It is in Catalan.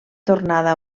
tornada